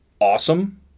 awesome